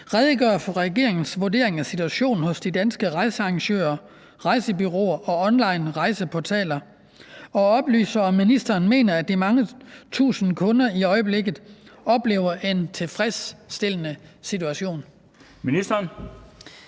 redegøre for regeringens vurdering af situationen hos de danske rejsearrangører, rejsebureauer og onlinerejseportaler og oplyse, om ministeren mener, at de mange tusind kunder i øjeblikket oplever en tilfredsstillende situation? Den